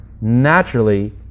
naturally